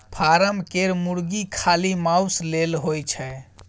form केर मुरगी खाली माउस लेल होए छै